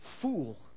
fool